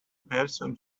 person